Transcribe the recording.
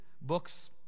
books